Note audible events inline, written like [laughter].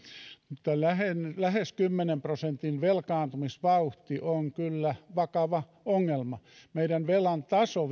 mutta lähes lähes kymmenen prosentin velkaantumisvauhti on kyllä vakava ongelma meidän velan taso [unintelligible]